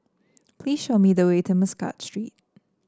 please show me the way to Muscat Street